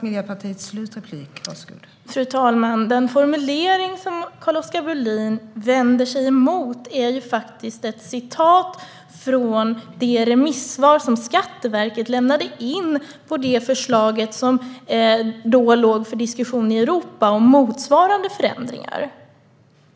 Fru talman! Den formulering som Carl-Oskar Bohlin vänder sig emot är ett citat från det remissvar som Skatteverket lämnade in på det förslag som då låg för diskussion i Europa om motsvarande förändringar.